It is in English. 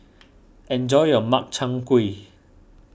enjoy your Makchang Gui